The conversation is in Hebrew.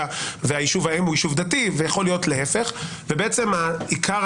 ויישוב האם הוא יישוב דתי ויכול להיות להפך בעצם עיקר